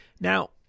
Now